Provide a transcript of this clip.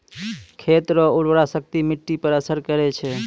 खेत रो उर्वराशक्ति मिट्टी पर असर करै छै